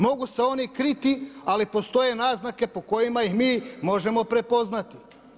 Mogu se oni kriti, ali postoje naznake po kojima ih mi možemo prepoznati.